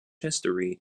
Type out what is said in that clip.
history